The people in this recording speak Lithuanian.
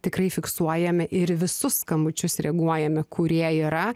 tikrai fiksuojame ir visus skambučius reaguojame kurie yra